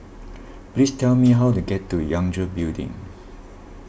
please tell me how to get to Yangtze Building